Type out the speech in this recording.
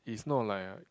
is not like I